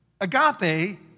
agape